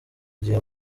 igihe